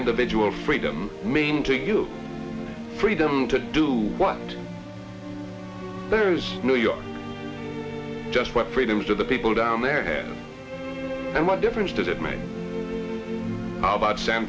individual freedom mean to you freedom to do what there is no you just went freedoms of the people down there and what difference did it make about san